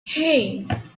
hey